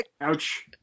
Ouch